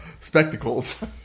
spectacles